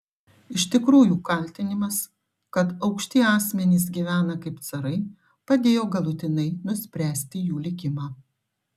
iš tikrųjų kaltinimas kad aukšti asmenys gyvena kaip carai padėjo galutinai nuspręsti jų likimą